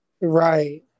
right